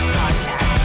podcast